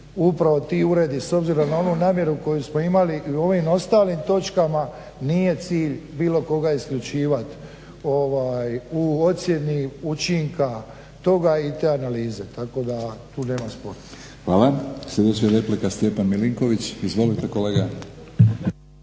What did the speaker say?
upravo ti uredi s obzirom na onu namjeru koju smo imali i u ovim ostalim točkama nije cilj bilo koga isključivat u ocjeni učinka toga i te analize tako da tu nema spora. **Batinić, Milorad (HNS)** Hvala. Sljedeća replika Stjepan Milinković. Izvolite kolega.